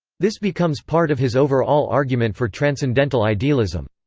this becomes part of his over-all argument for transcendental idealism.